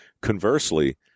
Conversely